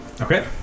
okay